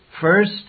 first